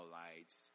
lights